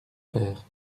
père